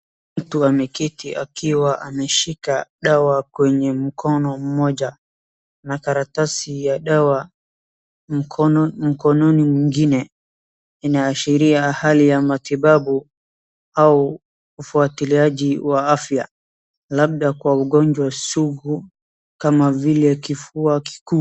Mtu ameketi akiwa ameshika dawa kwenye mkono mmoja na karatasi ya dawa mkononi mwingine. Inaashiria hali ya matiabu au ufuatiliaji wa afya labda kwa ugonjwa sugu kama vile kifua kikuu.